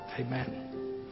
Amen